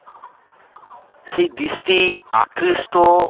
সেই দিষ্টি আকৃষ্ট